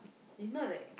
you know like